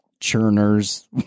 churners